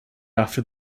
after